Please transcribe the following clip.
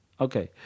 Okay